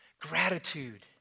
gratitude